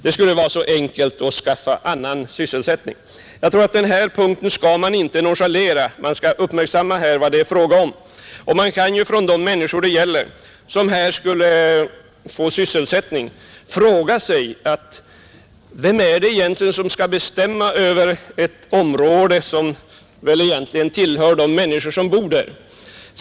Det skulle ju vara så enkelt att skaffa annan sysselsättning. Jag tror att man inte skall nonchalera denna punkt. Man bör uppmärksamma vad det är fråga om, och de människor som här skulle få sysselsättning kan fråga sig, vem det egentligen är som skall bestämma över ett område som väl egentligen tillhör de människor som bor där.